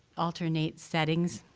alternate settings.